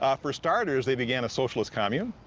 um for starters, they began a socialist commune,